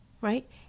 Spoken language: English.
right